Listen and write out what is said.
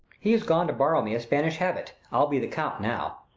he is gone to borrow me a spanish habit i'll be the count, now.